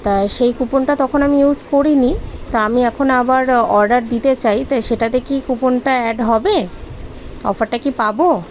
তা সেই কুপনটা তখন আমি ইউস করি নি তা আমি এখন আবার অর্ডার দিতে চাই তো সেটাতে কি কুপনটা অ্যাড হবে অফারটা কি পাবো